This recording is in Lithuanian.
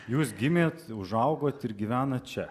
jūs gimėt užaugot ir gyvenat čia